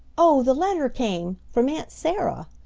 oh, the letter came from aunt sarah!